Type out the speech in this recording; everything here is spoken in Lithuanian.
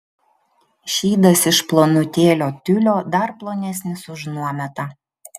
šydas iš plonutėlio tiulio dar plonesnis už nuometą